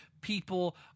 People